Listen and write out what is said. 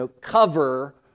cover